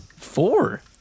Four